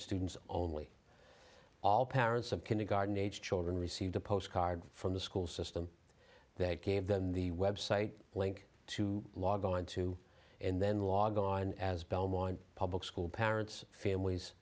students only all parents of kindergarten age children received a postcard from the school system that gave them the website link to log onto and then log on as belmont public school parents families